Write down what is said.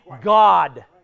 God